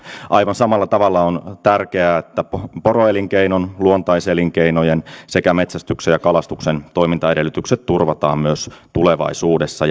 aivan samalla tavalla on tärkeää että poroelinkeinon luontaiselinkeinojen sekä metsästyksen ja kalastuksen toimintaedellytykset turvataan myös tulevaisuudessa